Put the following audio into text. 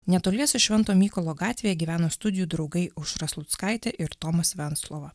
netoliese švento mykolo gatvėje gyveno studijų draugai aušra sluckaitė ir tomas venclova